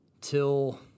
till